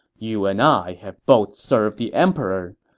you and i have both served the emperor.